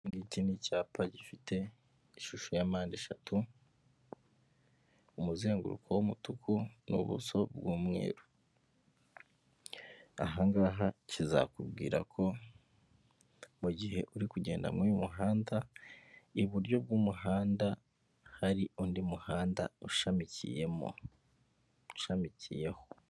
Ikingiki ni icyapa gifite ishusho ya mpande eshatu, umuzenguruko w'umutuku n'ubuso bw'umweru. Ahangaha kizakubwira ko mu gihe uri kugenda muri uyu muhanda iburyo bw'umuhanda hari undi muhanda ushamikiyeho.